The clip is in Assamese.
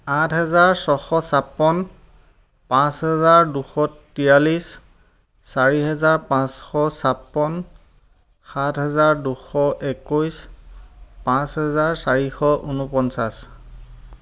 আঠ হেজাৰ ছশ চাপন্ন পাঁচ হেজাৰ দুশ তিৰাল্লিছ চাৰি হেজাৰ পাঁচশ চাপন্ন সাত হেজাৰ দুশ একৈছ পাঁচ হেজাৰ চাৰিশ ঊনপঞ্চাশ